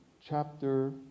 chapter